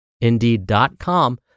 Indeed.com